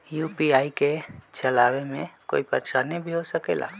UPI के चलावे मे कोई परेशानी भी हो सकेला?